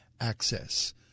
access